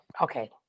okay